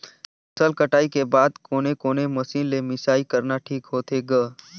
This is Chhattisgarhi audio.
फसल कटाई के बाद कोने कोने मशीन ले मिसाई करना ठीक होथे ग?